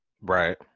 Right